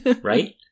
right